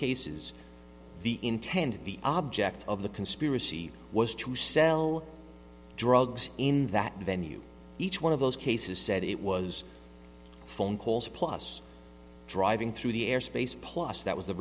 cases the intendant the object of the conspiracy was to sell drugs in that venue each one of those cases said it was phone calls plus driving through the air space plus that was